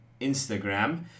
Instagram